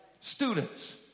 students